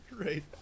Right